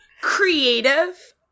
creative